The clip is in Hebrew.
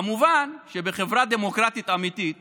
כמובן שבחברה דמוקרטית אמיתית